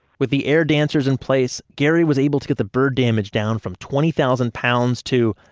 with the air dancers in place, gary was able to get the bird damage down from twenty thousand pounds to,